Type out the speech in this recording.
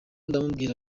ndamubwira